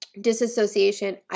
disassociation